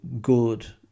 good